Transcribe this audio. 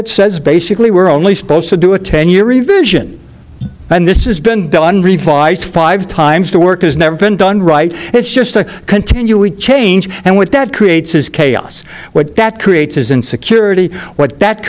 it says basically we're only supposed to do a ten year revision and this has been done revise five times the work has never been done right it's just a continuing change and what that creates is chaos what that creates is insecurity what that